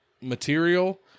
material